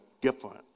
different